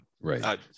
Right